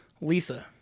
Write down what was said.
Lisa